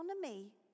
economy